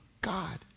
God